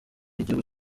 igihugu